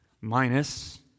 minus